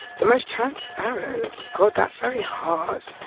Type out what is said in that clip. the most transparent god, that's very hard.